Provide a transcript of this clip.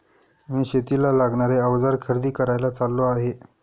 मी शेतीला लागणारे अवजार खरेदी करायला चाललो आहे